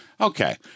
Okay